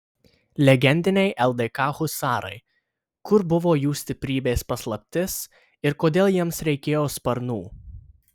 legendiniai ldk husarai kur buvo jų stiprybės paslaptis ir kodėl jiems reikėjo sparnų